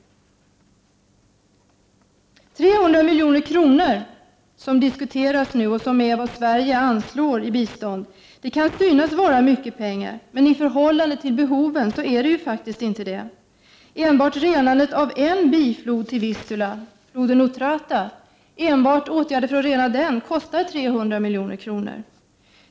300 milj.kr. — som är vad Sverige anslår i bistånd — kan synas vara mycket pengar, men i förhållande till behoven är det inte mycket. Enbart åtgärder för att rena en biflod till Wista, floden Otrata, kostar 300 milj.kr.